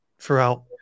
throughout